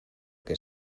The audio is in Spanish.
que